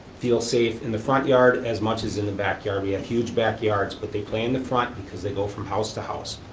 feel safe in the front yard as much as in the back yard. we have huge back yards, but they play in the front because they go from house to house.